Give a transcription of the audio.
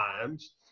times